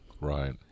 Right